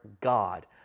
God